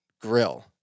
Grill